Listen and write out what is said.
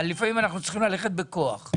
לפעמים אנחנו צריכים ללכת בכוח,